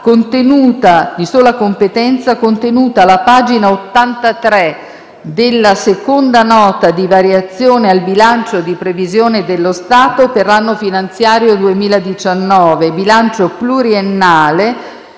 2019-2021 di sola competenza, contenuta alla pagina 83 della Seconda Nota di variazioni al bilancio di previsione dello Stato per l'anno finanziario 2019 e bilancio pluriennale